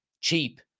cheap